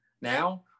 Now